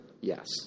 Yes